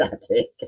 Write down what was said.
static